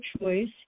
choice